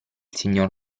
signor